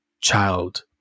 child